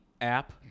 app